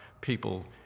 people